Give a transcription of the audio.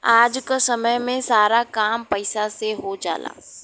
आज क समय में सारा काम पईसा से हो जाला